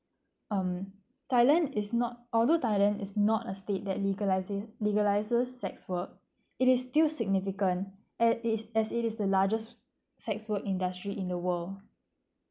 um thailand is not although thailand is not a state that legalisin~ legalises sex work it is still significant at is as it is the largest sex work industry in the world